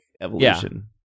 evolution